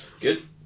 Good